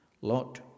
Lot